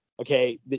Okay